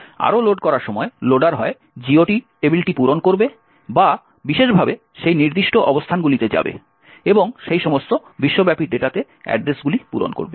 আরও লোড করার সময় লোডার হয় GOT টেবিলটি পূরণ করবে বা বিশেষভাবে সেই নির্দিষ্ট অবস্থানগুলিতে যাবে এবং সেই সমস্ত বিশ্বব্যাপী ডেটাতে অ্যাড্রেসগুলি পূরণ করবে